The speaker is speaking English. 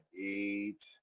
eight